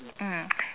mm